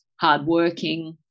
hardworking